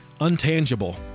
untangible